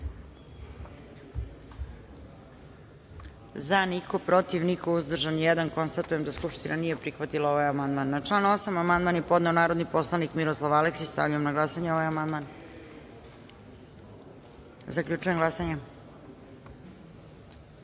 – niko, protiv – niko, uzdržan – jedan. Konstatujem da Skupština nije prihvatila ovaj amandman. Na član 8. amandman je podneo narodni poslanik Miroslav Aleksić. Stavljam na glasanje ovaj amandman. Zaključujem glasanje: